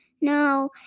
No